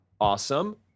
Awesome